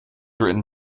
written